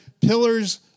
pillars